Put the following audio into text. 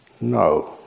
No